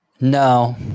No